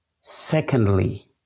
Secondly